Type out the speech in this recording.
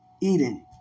Eden